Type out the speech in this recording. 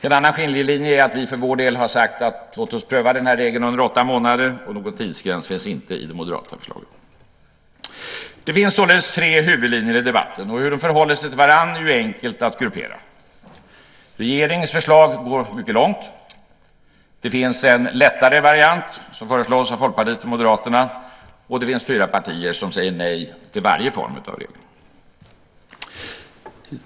En annan skiljelinje är att vi för vår del har sagt: Låt oss pröva regeln under åtta månader. Någon tidsgräns finns inte i det moderata förslaget. Det finns således tre huvudlinjer i debatten. Hur de förhåller sig till varandra är enkelt att gruppera. Regeringens förslag går långt. Det finns en lättare variant som föreslås av Folkpartiet och Moderaterna. Det finns fyra partier som säger nej till varje form av reglering.